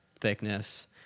thickness